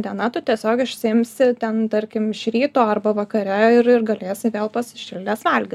diena tu tiesiog išsiimsi ten tarkim iš ryto arba vakare ir ir galėsi vėl pasišildęs valgyt